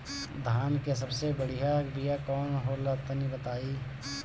धान के सबसे बढ़िया बिया कौन हो ला तनि बाताई?